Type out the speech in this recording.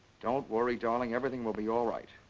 don't worry, darling. everything will be all right.